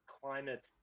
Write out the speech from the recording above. climate